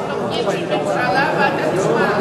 יש תוכנית של ממשלה ואתה תשמע,